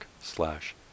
slash